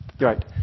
right